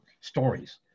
stories